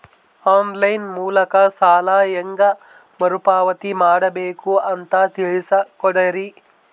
On line ಮೂಲಕ ಸಾಲ ಹೇಂಗ ಮರುಪಾವತಿ ಮಾಡಬೇಕು ಅಂತ ತಿಳಿಸ ಕೊಡರಿ?